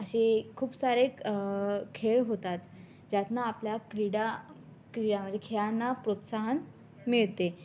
असे खूप सारे खेळ होतात ज्यातून आपल्यात क्रीडा क्रीडा म्हणजे खेळांना प्रोत्साहन मिळते